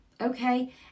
okay